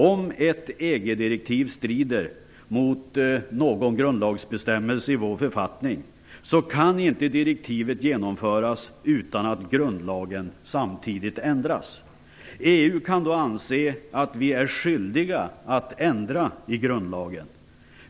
Om ett EG-direktiv strider mot någon grundlagsbestämmelse i vår författning kan inte direktivet genomföras utan att grundlagen samtidigt ändras. EU kan då anse att vi är skyldiga att ändra i grundlagen.